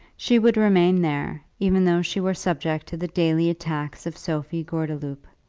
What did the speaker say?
she would remain there, even though she were subject to the daily attacks of sophie gordeloup.